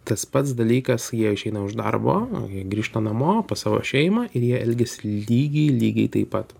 tas pats dalykas jie išeina už darbo jie grįžta namo pas savo šeimą ir jie elgiasi lygiai lygiai taip pat